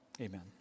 amen